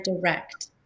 direct